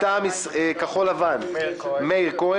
מטעם כחול לבן מאיר כהן,